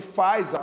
faz